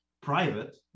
private